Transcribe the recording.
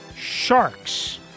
sharks